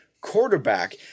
quarterback